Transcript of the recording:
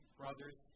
brothers